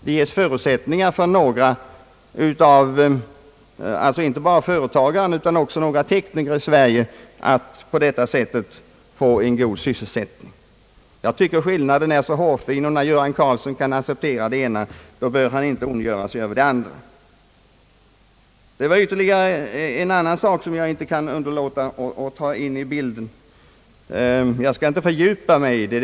Det kan ju vara så att därigenom ges möjligheter inte bara för företagare utan också för svenska tekniker att få en god sysselsättning. Jag tycker att skillnaden är hårfin, och när herr Göran Karlsson kan acceptera det ena bör han inte ondgöra sig över det andra. Det är ytterligare en fråga som jag inte kan underlåta att ta upp i detta sammanhang. Jag skall emellertid inte fördjupa mig i den.